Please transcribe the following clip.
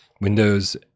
Windows